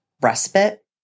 respite